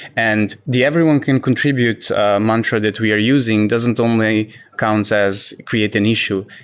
and the everyone can contribute mantra that we are using doesn't only count as create an issue.